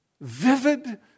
vivid